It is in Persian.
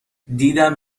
دیدم